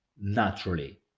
naturally